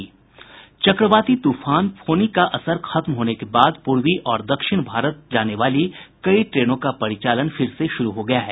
चक्रवाती तूफान फोनी का असर खत्म होने के बाद प्रर्वी और दक्षिण भारत जाने वाली कई ट्रेनों का परिचालन फिर से शुरू हो गया है